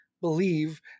believe